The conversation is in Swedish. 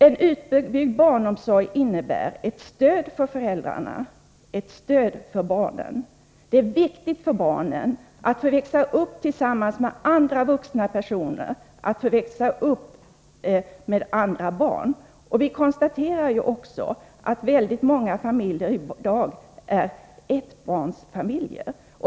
En utbyggd barnomsorg innebär ett stöd för föräldrarna, ett stöd för barnen. Det är viktigt för barnen att få växa upp tillsammans med även andra vuxna personer än föräldrarna och tillsammans med andra barn. Vi konstaterar ju att väldigt många familjer i dag är ett-barn-familjer.